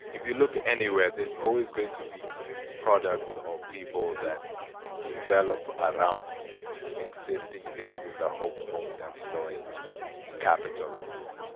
if you look anywhere, there's always going to be products or people that develop around existing things in the hope of them blowing up and capitalizing.